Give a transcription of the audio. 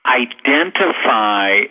identify